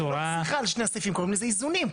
קוראים לזה איזונים.